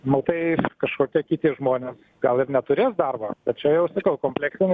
nu tai kažkokie kiti žmonės gal ir neturės darbo bet čia jau sakau kompleksinis